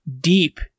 deep